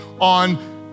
on